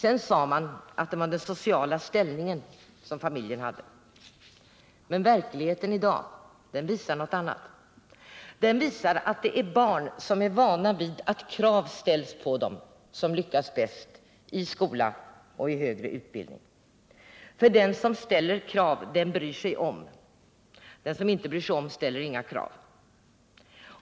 Sedan sade man att det var den sociala ställning som familjen hade som var avgörande. Verkligheten i dag visar någonting annat. Den visar att det är barn som är vana vid att krav ställs på dem som lyckas bäst i skola och högre utbildning. Den som ställer krav bryr sig om, den som inte bryr sig om ställer inga krav.